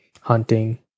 hunting